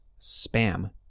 Spam